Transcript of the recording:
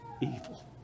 evil